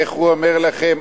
איך הוא אומר לכם?